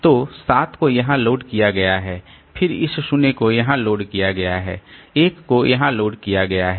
तो 7 को यहां लोड किया गया है फिर इस 0 को यहां लोड किया गया है 1 को यहां लोड किया गया है